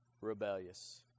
rebellious